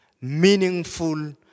meaningful